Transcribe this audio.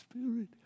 Spirit